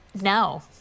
no